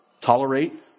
tolerate